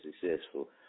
successful